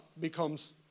becomes